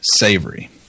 savory